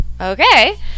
okay